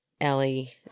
Ellie